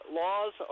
laws